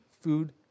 Food